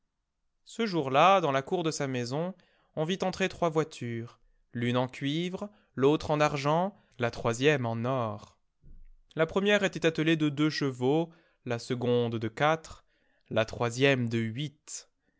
ce jour-là dans la cour de sa maison on vit entrer trois voitures l'une en cuivre l'autre en argent la troisième en or la première était attelée de deux chevaux la seconde de quatre la troisième de huit